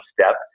step